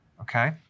okay